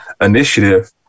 initiative